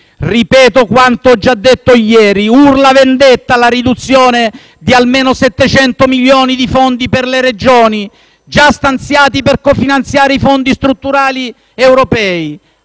Ripeto quanto ho già detto ieri: urla vendetta la riduzione di almeno 700 milioni di euro di fondi per le Regioni, già stanziati per cofinanziare i fondi strutturali europei.